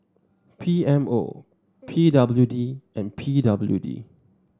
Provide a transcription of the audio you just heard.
P M O P W D and P W D